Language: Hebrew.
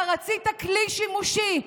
אתה רצית כלי שימושי.